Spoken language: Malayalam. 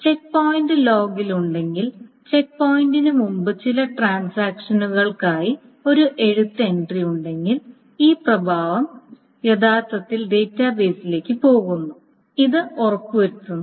ചെക്ക് പോയിന്റ് ലോഗിൽ ഉണ്ടെങ്കിൽ ചെക്ക് പോയിന്റിന് മുമ്പ് ചില ട്രാൻസാക്ഷനുകൾക്കായി ഒരു എഴുത്ത് എൻട്രി ഉണ്ടെങ്കിൽ ഈ പ്രഭാവം യഥാർത്ഥത്തിൽ ഡാറ്റാബേസിലേക്ക് പോകുന്നു ഇത് ഉറപ്പുവരുത്തുന്നു